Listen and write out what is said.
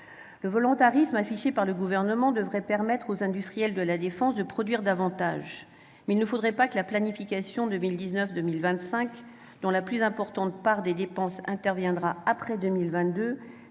Le volontarisme affiché par le Gouvernement devrait permettre aux industriels de la défense de produire davantage. Mais il ne faudrait pas que la planification 2019-2025, dont la part la plus importante des dépenses interviendra après 2022,